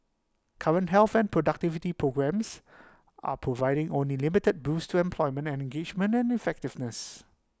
current health and productivity programmes are providing only limited boosts to employment engagement and effectiveness